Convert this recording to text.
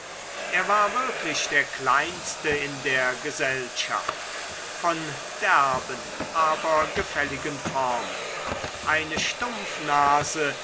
er war wirklich der kleinste in der gesellschaft von derben aber gefälligen formen eine stumpfnase